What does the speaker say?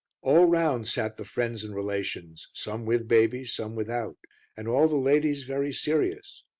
all round sat the friends and relations, some with babies, some without and all the ladies very serious,